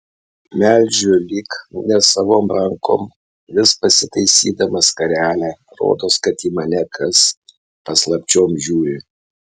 melžiu lyg nesavom rankom vis pasitaisydama skarelę rodos kad į mane kas paslapčiom žiūri